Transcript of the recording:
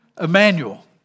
Emmanuel